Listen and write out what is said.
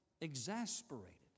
exasperated